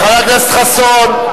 חבר הכנסת חסון,